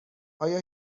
آیا